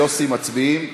יוסי, מצביעים?